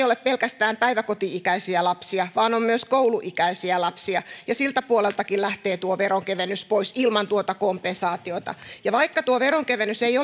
ole pelkästään päiväkoti ikäisiä lapsia vaan on myös kouluikäisiä lapsia siltä puoleltakin lähtee tuo veronkevennys pois ilman tuota kompensaatiota vaikka tuo veronkevennys ei